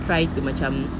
try to macam